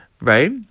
right